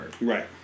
Right